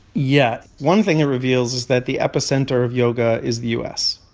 yeah, one thing it reveals is that the epicenter of yoga is the u s.